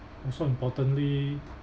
also importantly